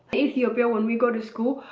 ethiopia. when we go to school,